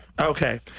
Okay